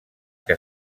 que